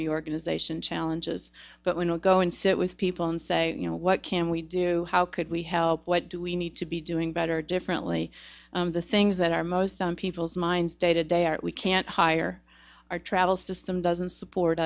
reorganization challenges but we will go and sit with people and say you know what can we do how could we help what do we need to be doing better differently the things that our most on people's minds day to day are we can't hire our travel system doesn't support